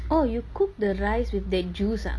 oh you cook the rice with the juice ah